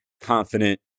confident